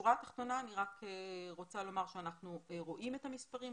בשורה התחתונה אני רוצה לומר שאנחנו רואים את המספרים,